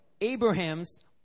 Abraham's